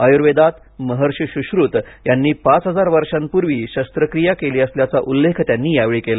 आयुर्वेदात महर्षि सुश्रुत यांनी पाच हजार वर्षांपूर्वी शस्त्रक्रिया केली असल्याचा उल्लेख त्यांनी यावेळी केला